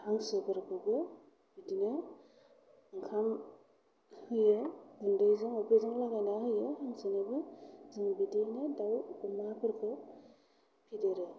हांसोफोरखौबो बिदिनो ओंखाम होयो गुन्दैजों अफ्रिजों लगायनानै होयो हांसोनोबो जों बिदियैनो दाउ अमाफोरखौ फेदेरो